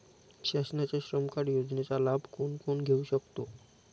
शासनाच्या श्रम कार्ड योजनेचा लाभ कोण कोण घेऊ शकतो?